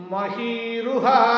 Mahiruha